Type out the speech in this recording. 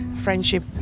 friendship